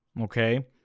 Okay